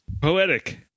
poetic